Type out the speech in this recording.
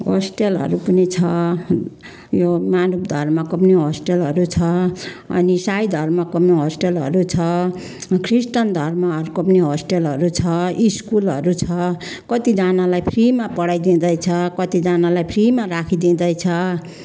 होस्टेलहरू पनि छ यो मानव धर्मको पनि होस्टेलहरू छ अनि साई धर्मको पनि होस्टेलहरू छ ख्रिस्टान धर्महरूको पनि होस्टेलहरू छ स्कुलहरू छ कतिजनालाई फ्रीमा पढाइदिँदै छ कतिजनालाई फ्रीमा राखिदिँदै छ